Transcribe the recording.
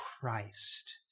Christ